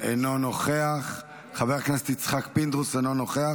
אינו נוכח, חבר הכנסת יצחק פינדרוס, אינו נוכח.